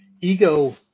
ego